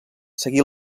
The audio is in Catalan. seguí